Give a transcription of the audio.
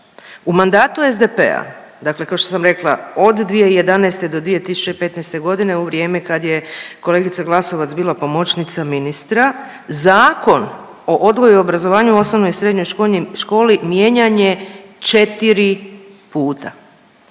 u mandatu SDP-a, dakle kao što sam rekla, od 2011. do 2015. g. u vrijeme kad je kolegica Glasovac bila pomoćnica ministra, Zakon o odgoju i obrazovanju u osnovnoj i srednjoj školi mijenjan je 4 puta